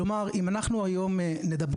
כלומר אם אנחנו היום נדבר,